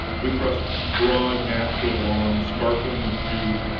we crossed broad natural lawns sparkling with dew,